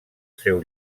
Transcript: seu